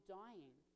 dying